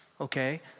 Okay